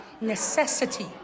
necessity